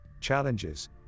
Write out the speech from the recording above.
challenges